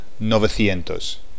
novecientos